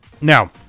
now